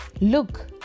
look